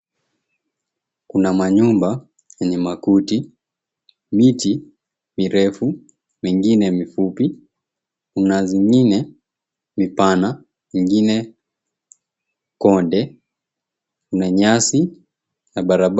Kuna manyumba yenye makuti, miti mirefu, mingine mifupi, kuna zingine mipana, nyingine konde, kuna nyasi na barabara.